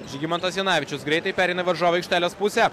žygimantas janavičius greitai pereina į varžovų aikštelės pusę